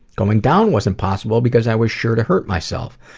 going down wasn't possible because i was sure to hurt myself.